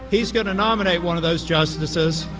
hes going to nominate one of those justices.